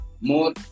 more